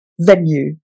venue